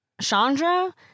Chandra